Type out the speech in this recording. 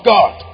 God